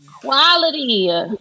quality